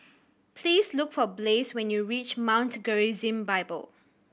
please look for Blaze when you reach Mount Gerizim Bible